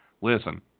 listen